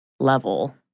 level